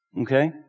Okay